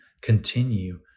continue